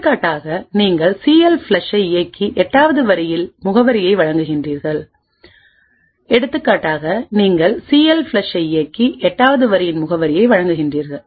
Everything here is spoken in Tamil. எடுத்துக்காட்டாக நீங்கள்சிஎல்ஃப்ளஷ் ஐ இயக்கி 8 வது வரியின் முகவரியை வழங்குகிறீர்கள்